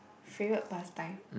favorite pastime